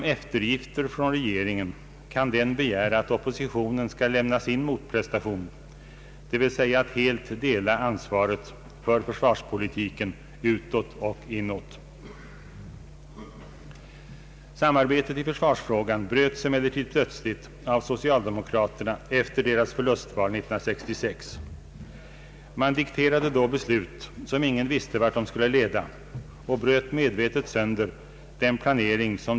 Från kraftverksintressenternas sida försäkrade man att sådana men inte skulle behöva uppkomma.